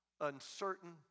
uncertain